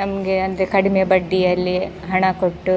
ನಮಗೆ ಅಂದರೆ ಕಡಿಮೆ ಬಡ್ಡಿಯಲ್ಲಿ ಹಣ ಕೊಟ್ಟು